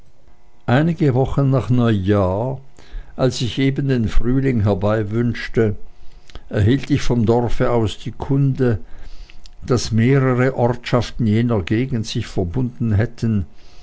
einige wochen nach neujahr als ich eben den frühling herbeiwünschte erhielt ich vom dorfe aus die kunde daß mehrere ortschaften jener gegend sich verbunden hätten